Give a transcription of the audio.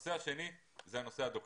הנושא השני הוא נושא הדוקטורטים.